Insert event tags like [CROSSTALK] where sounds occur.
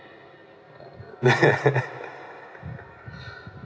[LAUGHS]